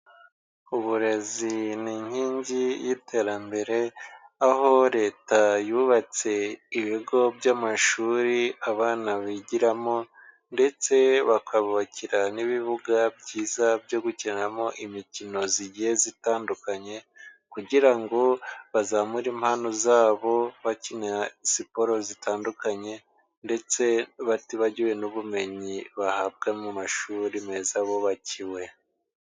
Uburezi ni inkingi y'iterambere, aho Leta yubatse ibigo by'amashuri abana bigiramo, ndetse bakabubakira n'ibibuga byiza byo gukinamo imikino igiye itandukanye, kugira ngo bazamure impano zabo bakina siporo zitandukanye, ndetse batibagiwe n'ubumenyi bahabwa mu mashuri meza bubakiwe.